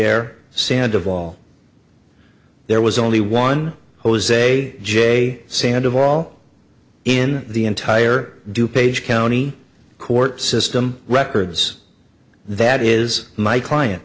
air sand of all there was only one jose j sand of all in the entire du page county court system records that is my client